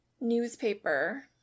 Newspaper